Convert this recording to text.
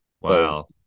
Wow